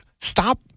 Stop